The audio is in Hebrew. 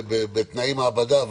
בתנאי מעבדה,